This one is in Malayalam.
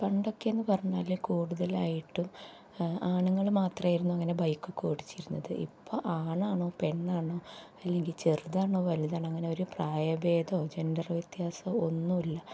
പണ്ടൊക്കെ എന്ന് പറഞ്ഞാൽ കൂടുതലായിട്ടും ആണുങ്ങൾ മാത്രമായിരുന്നു അങ്ങനെ ബൈക്കൊക്കെ ഓടിച്ചിരുന്നത് ഇപ്പം ആണാണോ പെണ്ണാണോ അല്ലെങ്കിൽ ചെറുതാണോ വലുതാണോ അങ്ങനെ ഒരു പ്രായഭേദമോ ജൻറ്റർ വ്യത്യാസമോ ഒന്നും ഇല്ല